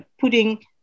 putting